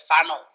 funnel